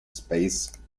space